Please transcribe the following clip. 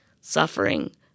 suffering